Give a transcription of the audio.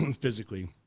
physically